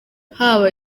haba